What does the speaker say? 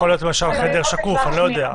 יכול להיות למשל חדר שקוף, אני לא יודע.